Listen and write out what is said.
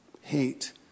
Hate